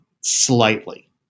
slightly